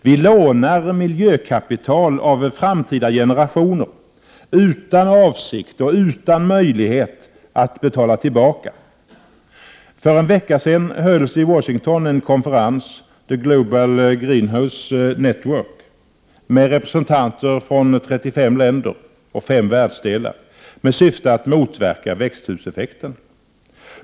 Vi lånar miljökapital av framtida generationer utan avsikt och utan möjlighet att betala tillbaka. För en vecka sedan hölls i Washington en konferens, The Global Greenhouse Network, med representanter från 35 länder och fem världsdelar med syfte att motverka växthuseffekten.